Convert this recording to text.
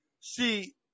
See